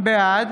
בעד